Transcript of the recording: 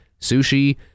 sushi